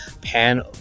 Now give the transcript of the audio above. pan